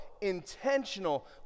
intentional